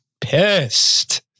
pissed